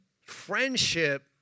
Friendship